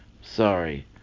Sorry